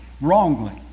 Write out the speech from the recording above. wrongly